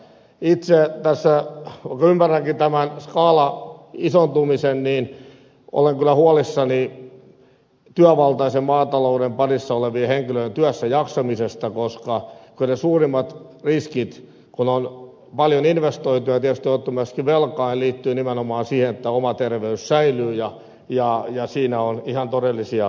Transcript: itse tässä ymmärränkin tämän skaalan isontumisen ja olen kyllä huolissani työvaltaisen maatalouden parissa olevien henkilöiden työssäjaksamisesta koska kyllä ne suurimmat riskit kun on paljon investointeja ja tietysti on otettu myöskin velkaa liittyvät nimenomaan siihen että oma terveys säilyy ja siinä on ihan todellisia haasteita